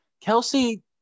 Kelsey